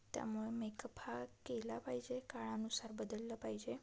त्यामुळं मेकअप हा केला पाहिजे काळानुसार बदललं पाहिजे